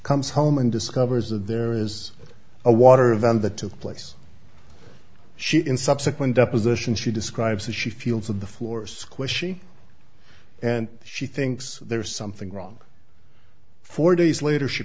comes home and discovers of there is a water event that took place she in subsequent deposition she describes as she feels of the floor squishy and she thinks there is something wrong four days later she